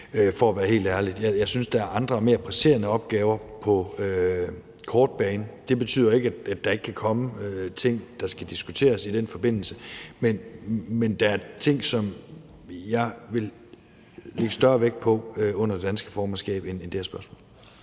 For at være helt ærlig synes jeg, at der er andre og mere presserende opgaver på den korte bane. Det betyder ikke, at der ikke kan komme ting, der skal diskuteres i den forbindelse. Men der er ting, som jeg vil lægge større vægt på under det danske formandskab end det her spørgsmål.